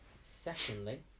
Secondly